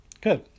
Good